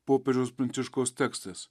popiežiaus pranciškaus tekstas